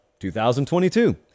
2022